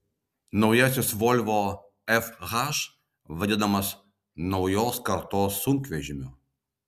naujasis volvo fh vadinamas naujos kartos sunkvežimiu